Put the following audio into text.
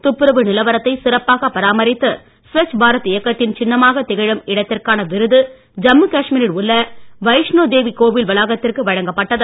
துப்புரவு நிலவரத்தை சிறப்பாக பராமரித்து ஸ்வச் பாரத் இயக்கத்தின் சின்னமாகத் திகழும் இடத்திற்கான விருது ஜம்மு காஷ்மீரில் உள்ள வைஷ்ணோ தேவி கோவில் வளாகத்திற்கு வழங்கப் பட்டது